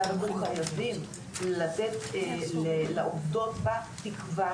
שאנחנו חייבים לתת לעובדות בה תקווה,